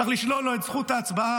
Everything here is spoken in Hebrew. צריך לשלול לו את זכות ההצבעה,